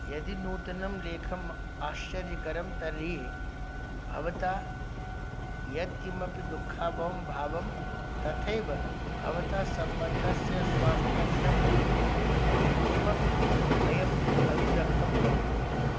यदि नूतनं लेखम् आश्चर्यकरं तर्हि भवता यत्किमपि दुःखभावं भावं तथैव भवता सम्बन्धस्य स्वास्थ्यज्ञं किमपि भयम् अभिव्यक्तं करोतु